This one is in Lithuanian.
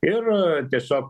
ir tiesiog